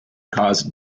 cause